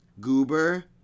Goober